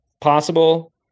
Possible